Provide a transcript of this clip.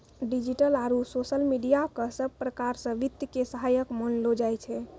digital आरू social media क सब प्रकार स वित्त के सहायक मानलो जाय छै